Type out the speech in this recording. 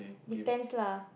depends lah